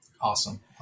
Awesome